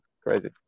crazy